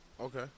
Okay